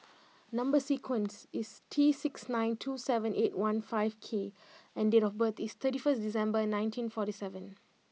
number sequence is T six nine two seven eight one five K and date of birth is thirty first December nineteen forty seven